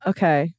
Okay